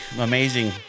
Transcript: amazing